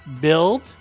build